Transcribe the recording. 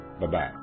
Bye-bye